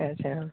ᱟᱪᱪᱷᱟ